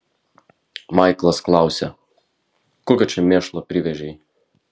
maiklas klausė kokio čia mėšlo privežei